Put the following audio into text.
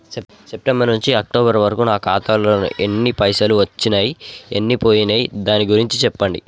September నుంచి October వరకు నా ఖాతాలో ఎన్ని పైసలు వచ్చినయ్ ఎన్ని పోయినయ్ దాని గురించి చెప్పండి?